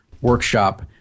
workshop